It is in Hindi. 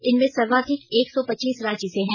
इनमें सर्वाधिक एक सौ पचीस रांची से हैं